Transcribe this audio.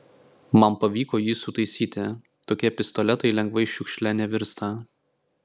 man pavyko jį sutaisyti tokie pistoletai lengvai šiukšle nevirsta